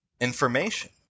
information